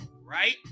right